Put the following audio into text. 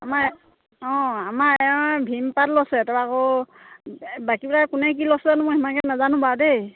আমাৰে এওঁ অঁ আমাৰ এওঁ ভীম পাৰ্ট লৈছে তাৰপৰা আকৌ বাকীবিলাকে কোনে কি লৈছে জানো মই সিমানকৈ নাজানো বাৰু দেই